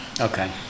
Okay